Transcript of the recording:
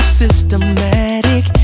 systematic